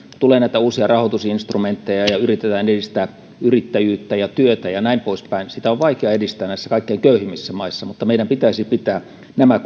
tulee näitä uusia rahoitusinstrumentteja ja ja yritetään edistää yrittäjyyttä ja työtä ja näin poispäin niin sitä on vaikea edistää näissä kaikkein köyhimmissä maissa mutta meidän pitäisi kuitenkin pitää nämä